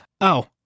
Oh